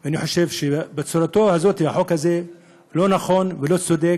אני חושב שהחוק הזה בצורתו לא נכון ולא צודק,